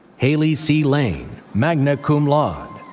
haley c. lain, magna cum laude.